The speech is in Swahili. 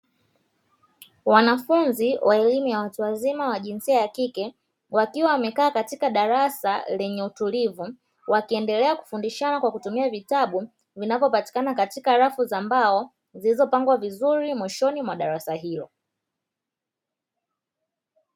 Wanafunzi wa elimu ya watu wazima wa jinsia ya kike, wakiwa wamekaa katika darasa tulivu, wakiendelea kufundishana kwa kutumia vitabu vinavyopatikana katika rafu za mbao zilizopangwa vizuri mwishoni mwa darasa hiyo.